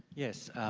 yes,